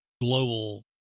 global